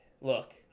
look